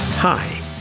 Hi